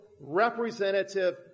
representative